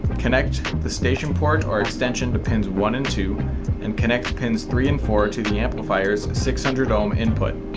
connect the station port or extension depends one and two and connect pins three and four to the amplifiers six hundred ohm input.